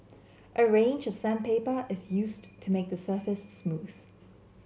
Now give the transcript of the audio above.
a range of sandpaper is used to to make the surface smooth